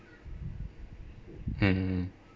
mm mm mm